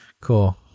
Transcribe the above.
Cool